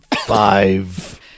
five